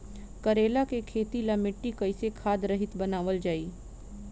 करेला के खेती ला मिट्टी कइसे खाद्य रहित बनावल जाई?